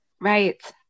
Right